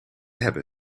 hebben